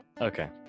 Okay